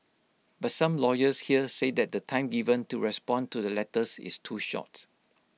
but some lawyers here say that the time given to respond to the letters is too short